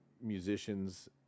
musicians